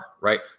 right